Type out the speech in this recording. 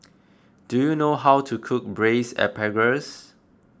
do you know how to cook Braised Asparagus